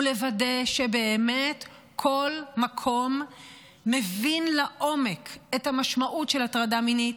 ולוודא שבאמת כל מקום מבין לעומק את המשמעות של הטרדה מינית,